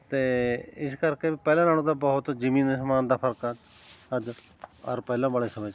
ਅਤੇ ਇਸ ਕਰਕੇ ਪਹਿਲਾਂ ਨਾਲੋਂ ਤਾਂ ਬਹੁਤ ਜ਼ਮੀਨ ਅਸਮਾਨ ਦਾ ਫਰਕ ਆ ਅੱਜ ਔਰ ਪਹਿਲਾਂ ਵਾਲੇ ਸਮੇਂ 'ਚ